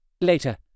Later